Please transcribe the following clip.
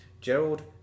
Gerald